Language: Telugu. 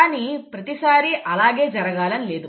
కానీ ప్రతిసారి అలాగే జరగాలని లేదు